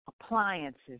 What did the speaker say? appliances